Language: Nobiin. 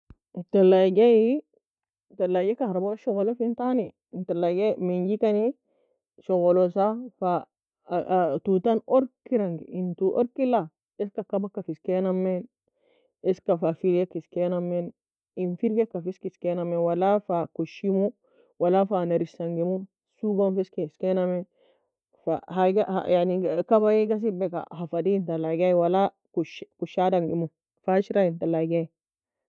ثلاجة كهرباء logo shogola fentani en تلاجة mengirosa fa tou tan orker angokani eska kabaka fa eskanamie felaie fa eskanamie In firgeka fa eskanami wala fa coshi mo walla fa nerisie engimo.